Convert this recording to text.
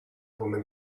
woman